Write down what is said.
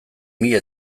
mila